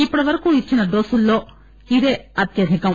ఇప్పటివరకు ఇచ్చిన డోసుల్లో ఇదే అత్యధికం